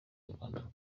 rubanda